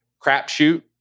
crapshoot